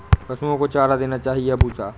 पशुओं को चारा देना चाहिए या भूसा?